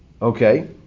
Okay